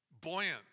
buoyant